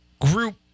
group